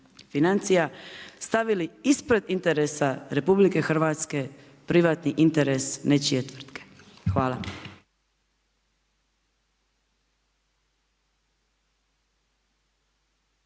financija stavili ispred interesa RH, privatni interes nečije tvrtke. Hvala.